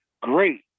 great